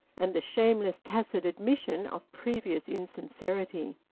and the shameless tacit admission of previous insincerity.